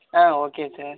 ah okay sir